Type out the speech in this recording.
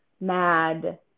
mad